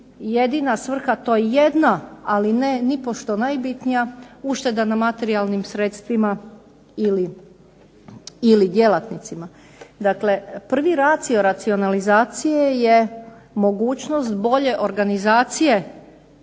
jedina svrha, to je jedna, ali nipošto najbitnija ušteda na materijalnim sredstvima ili djelatnicima. Dakle, prvi ratio racionalizacije je mogućnost bolje organizacije